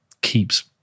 keeps